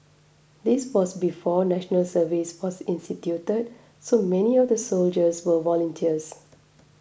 this was before National Service was instituted so many of the soldiers were volunteers